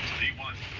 v one,